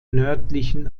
nördlichen